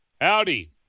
Howdy